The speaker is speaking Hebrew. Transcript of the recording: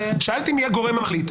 שאלתי מי הגורם המחליט.